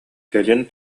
кэлин